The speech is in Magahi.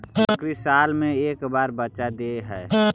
बकरी साल मे के बार बच्चा दे है?